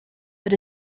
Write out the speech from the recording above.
but